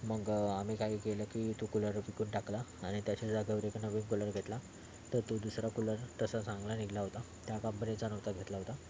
मग आम्ही काय केलं की तो कुलरच विकून टाकला आणि त्याच्या जाग्यावर एक नवीन कूलर घेतला तर तो दुसरा कूलर तसा चांगला निघाला होता त्या कंपनीचा नव्हता घेतला होता